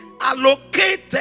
allocated